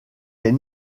est